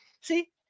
See